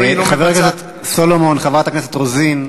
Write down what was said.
חבר הכנסת סולומון, חברת הכנסת רוזין,